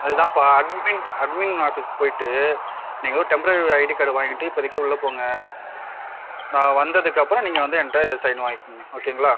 அது தான்பா admin admin ஆஃபிஸ்க்கு போய்ட்டு நீங்க ஒரு டெம்பரவரி ஐடி கார்டு வாங்கிட்டு இப்போதிக்கி உள்ளே போங்க நான் வந்ததுக்கப்புறம் நீங்கள் வந்து என்கிட்ட சைன் வாங்கிங்க ஓகேங்ளா